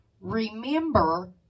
remember